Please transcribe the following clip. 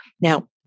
Now